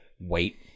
wait